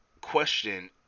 question